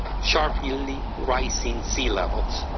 sharply rising sea levels.